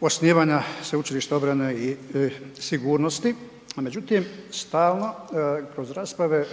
osnivanja Sveučilišta obrane i sigurnosti. Međutim, stalno kroz rasprave